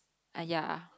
!aiya!